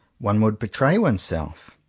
one would betray oneself,